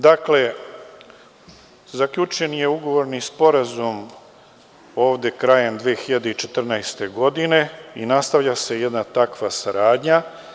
Dakle, zaključen je ugovorni sporazum krajem 2014. godine i nastavlja se jedna takva saradnja.